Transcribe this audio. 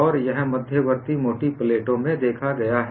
और यह मध्यवर्ती मोटी प्लेटों में देखा गया है